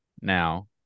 now